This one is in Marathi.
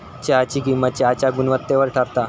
चहाची किंमत चहाच्या गुणवत्तेवर ठरता